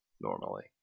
normally